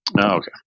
Okay